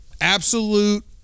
Absolute